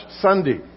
Sunday